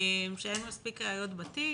שאין מספיק ראיות בתיק